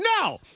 No